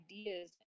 ideas